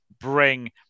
bring